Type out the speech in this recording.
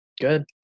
good